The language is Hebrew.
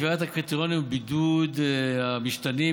קביעת הקריטריונים ובידוד המשתנים,